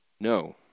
No